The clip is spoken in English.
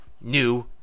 new